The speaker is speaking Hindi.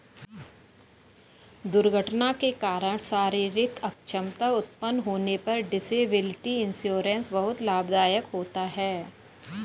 दुर्घटना के कारण शारीरिक अक्षमता उत्पन्न होने पर डिसेबिलिटी इंश्योरेंस बहुत लाभदायक होता है